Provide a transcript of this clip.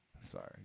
Sorry